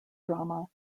drama